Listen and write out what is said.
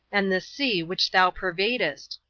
and the sea, which thou pervadest,